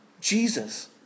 Jesus